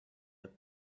had